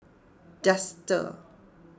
Dester